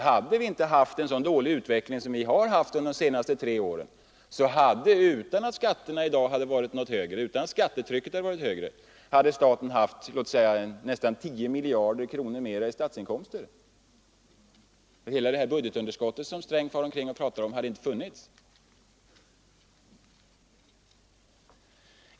Hade vi inte haft en så dålig utveckling under de senaste tre åren, hade staten haft nästan 10 miljarder kronor mer i statsinkomster utan att skattetrycket hade varit högre. Hela det här budgetunderskottet som herr Sträng far omkring och pratar om hade då inte funnits.